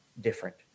different